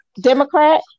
Democrat